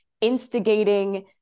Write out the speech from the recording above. instigating